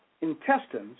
intestines